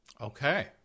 Okay